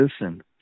listen